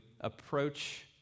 approach